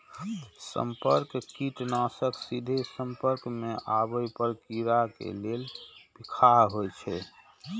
संपर्क कीटनाशक सीधे संपर्क मे आबै पर कीड़ा के लेल बिखाह होइ छै